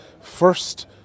first